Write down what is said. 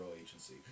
agency